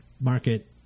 market